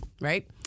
right